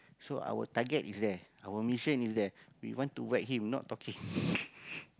so our target is there our mission is there we want to whack him not talking